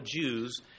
Jews